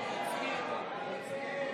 הסתייגות 6 לא נתקבלה.